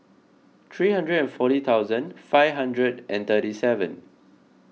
three hundred and forty thousand five hundred and thirty seven